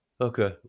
Okay